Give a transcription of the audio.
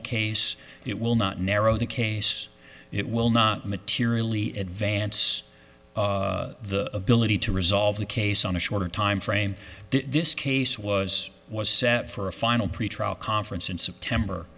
the case it will not narrow the case it will not materially advance the ability to resolve the case on a shorter timeframe this case was was set for a final pretrial conference in september